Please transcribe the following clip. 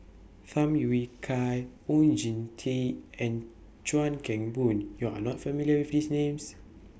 Tham Yui Kai Oon Jin Teik and Chuan Keng Boon YOU Are not familiar with These Names